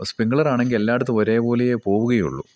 സ്പ്രിംഗ്ലറാണെങ്കിൽ എല്ലായിടത്തും ഒരേ പോലയേ പോകുകയുള്ളൂ